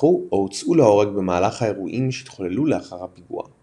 נרצחו או הוצאו להורג במהלך האירועים שהתחוללו לאחר הפיגוע.